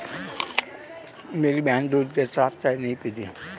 मेरी बहन दूध के साथ चाय नहीं पीती